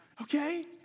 Okay